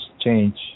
change